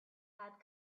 had